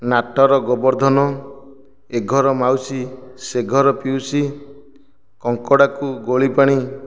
ନାଟର ଗୋବର୍ଦ୍ଧନ ଏ ଘର ମାଉସୀ ସେ ଘର ପିଉସୀ କଙ୍କଡ଼ାକୁ ଗୋଳିପାଣି